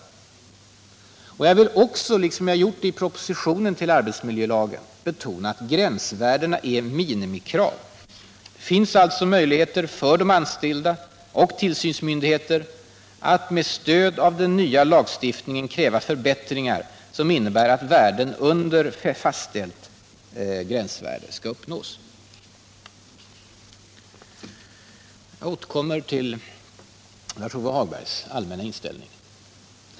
Jag vill också, liksom jag har gjort i propositionen till arbetsmiljölagen, betona att gränsvärdena är minimikrav. Det finns alltså möjligheter för de anställda och för tillsynsmyndigheter att med stöd av den nya lagstiftningen kräva förbättringar som innebär att värden under fastställt gränsvärde skall uppnås. Jag återkommer till Lars-Ove Hagbergs allmänna inställning.